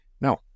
no